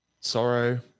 Sorrow